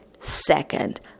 second